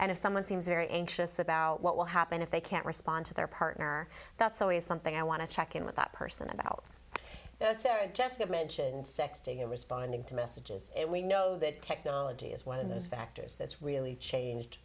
and if someone seems very anxious about what will happen if they can't respond to their partner that's always something i want to check with that person about sarah jessica mentioned sexting and responding to messages we know that technology is one of those factors that's really changed